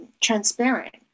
transparent